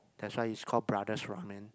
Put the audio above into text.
that's why is called brothers' ramen